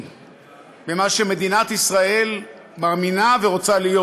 במה שמדינת ישראל מאמינה בו ורוצה להיות: